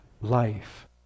life